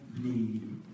need